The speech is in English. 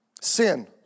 Sin